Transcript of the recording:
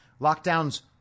Lockdowns